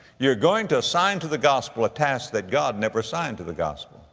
you're going to assign to the gospel a task that god never assigned to the gospel.